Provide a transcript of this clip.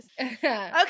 Okay